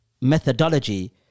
methodology